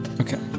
Okay